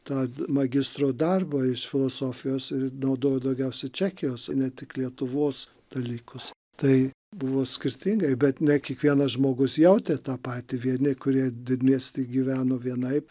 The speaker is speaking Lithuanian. tą magistro darbą iš filosofijos ir naudojau daugiausiai čekijos ne tik lietuvos dalykus tai buvo skirtingai bet ne kiekvienas žmogus jautė tą patį vieni kurie didmiesty gyveno vienaip